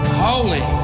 holy